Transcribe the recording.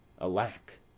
alack